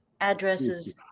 addresses